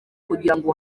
kugirango